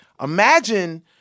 Imagine